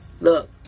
Look